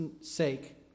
sake